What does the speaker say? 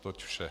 Toť vše.